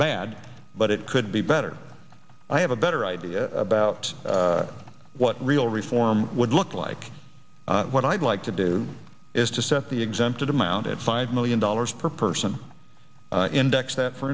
bad but it could be better i have a better idea about what real reform would look like what i'd like to do is to set the exempted amount at five million dollars per person index that for